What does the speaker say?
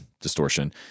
distortion